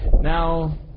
Now